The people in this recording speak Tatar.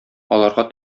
аларга